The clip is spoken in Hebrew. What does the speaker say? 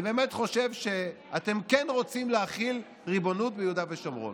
אני באמת חושב שאתם כן רוצים להחיל ריבונות ביהודה ושומרון,